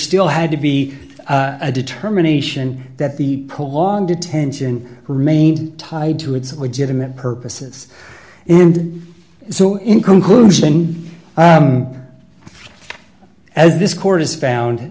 still had to be a determination that the law on detention remained tied to its legitimate purposes and so in conclusion as this court has found